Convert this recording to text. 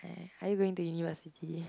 are you going to university